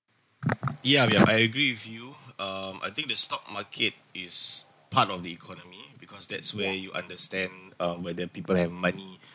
ya we are I agree with you um I think the stock market is part of the economy because that's where you understand um where the people have money